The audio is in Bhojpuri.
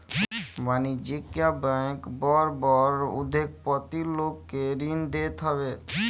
वाणिज्यिक बैंक बड़ बड़ उद्योगपति लोग के ऋण देत हवे